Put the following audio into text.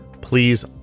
Please